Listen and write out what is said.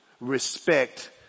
respect